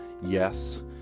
yes